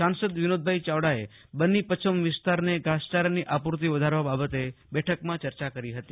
સાંસદ વિનોદભાઈ યાવડાએ બન્ની પચ્છમ વિસ્તારને ઘાસચારાની આપૂર્તિ વધારવા બાબતે બેઠકમાં ચર્ચા કરી હતી